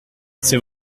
c’est